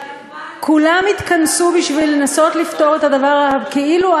כולם התכנסו בשביל לנסות לפתור את הדבר הכאילו,